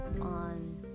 on